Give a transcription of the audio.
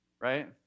right